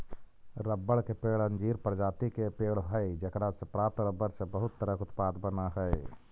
रबड़ के पेड़ अंजीर प्रजाति के पेड़ हइ जेकरा से प्राप्त रबर से बहुत तरह के उत्पाद बनऽ हइ